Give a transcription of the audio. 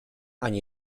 ani